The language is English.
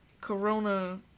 corona